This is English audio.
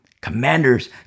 commanders